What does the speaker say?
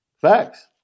Facts